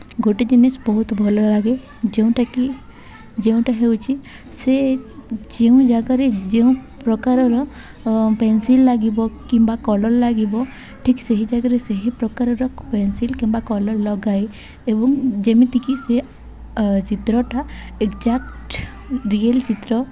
ଗୋଟେ ଜିନିଷ ବହୁତ ଭଲ ଲାଗେ ଯେଉଁଟାକି ଯେଉଁଟା ହେଉଛି ସେ ଯେଉଁ ଜାଗାରେ ଯେଉଁ ପ୍ରକାରର ପେନ୍ସିଲ୍ ଲାଗିବ କିମ୍ବା କଲର୍ ଲାଗିବ ଠିକ୍ ସେହି ଜାଗାରେ ସେହି ପ୍ରକାରର ପେନ୍ସିଲ୍ କିମ୍ବା କଲର୍ ଲଗାଏ ଏବଂ ଯେମିତିକି ସେ ଚିତ୍ରଟା ଏଗ୍ଜାକ୍ଟ ରିଏଲ୍ ଚିତ୍ର